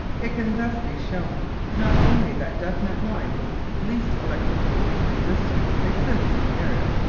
it can thus be shown not only that definite lines of least electrical resistance exist in the earth,